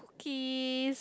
cookies